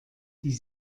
die